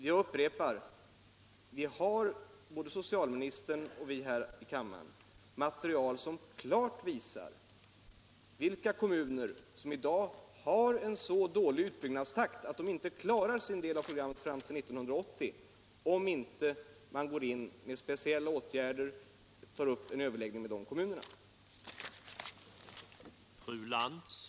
Jag upprepar: Både socialministern och vi andra här i kammaren har material som klart visar vilka kommuner som i dag har en så dålig utbyggnadstakt att de inte klarar sin del av programmet fram till 1980, om man inte överlägger med dessa kommuner och vidtar speciella åtgärder.